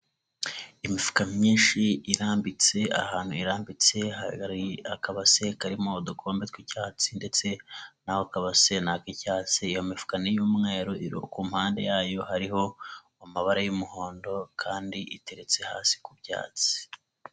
Imifuka myinshi irambitse ahantu irambitse ha akabase karimo udukombe tw'icyatsi ndetse naho kabasennaka'icyatsi, iyo mifuka ni iy'umweru, kumpande yayo hariho amabara y'umuhondo kandi iteretse hasi ku byatsi.